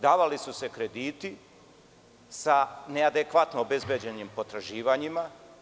Davali su se krediti sa neadekvatno obezbeđenim potraživanjima.